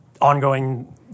ongoing